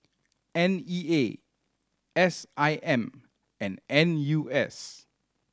N E A S I M and N U S